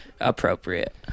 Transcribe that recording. appropriate